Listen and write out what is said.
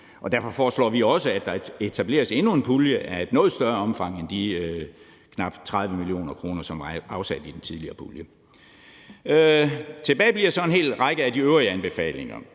Derfor foreslår vi også, at der etableres endnu en pulje af et noget større omfang end de knap 30 mio. kr., som var afsat i den tidligere pulje. Tilbage står så en hel række af de øvrige anbefalinger,